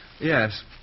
Yes